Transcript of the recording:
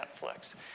Netflix